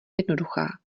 jednoduchá